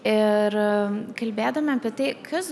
ir kalbėdami apie tai kas